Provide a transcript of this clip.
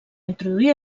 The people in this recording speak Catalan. introduir